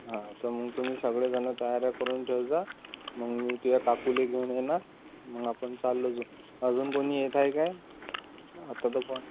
हां त मग तुम्ही सगळेजण तयाऱ्या करून ठेवा मग मी तुझ्या काकूला घेऊन येणार मग आपण चाललो जाऊ अजून कुणी येत आहे काय आता तर कोण